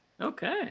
Okay